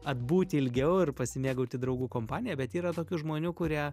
atbūti ilgiau ir pasimėgauti draugų kompanija bet yra tokių žmonių kurie